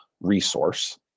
resource